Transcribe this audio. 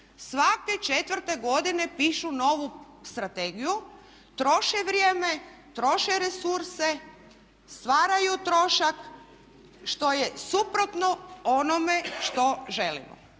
svake 4.-te godine pišu novu strategiju, troše vrijeme, troše resurse, stvaraju trošak što je suprotno onome što želimo.